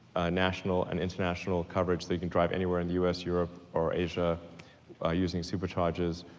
national and international coverage that you can drive anywhere in the u s, europe, or asia by using super chargers,